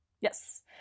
yes